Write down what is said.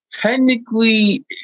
Technically